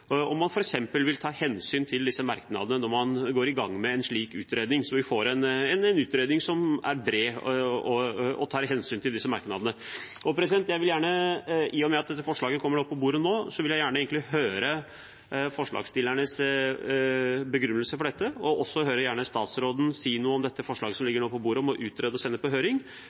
ta hensyn til disse merknadene når man går i gang med en slik utredning, slik at vi får en utredning som er bred, og som altså tar hensyn til disse merknadene? Jeg vil gjerne – i og med at dette forslaget kom på bordet nå – høre forslagsstillernes begrunnelse for dette. Jeg vil også gjerne høre statsråden si noe om det forslaget som nå ligger på bordet, om å utrede og sende på høring,